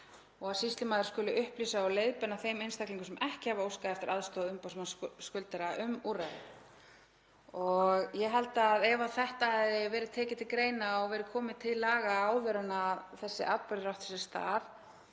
Sýslumaður skal upplýsa og leiðbeina þeim einstaklingum sem ekki hafa óskað eftir aðstoð umboðsmanns skuldara um úrræðið.“ Ég held að ef þetta hefði verið tekið til greina og verið komið til laga áður en þessi atburður átti sér stað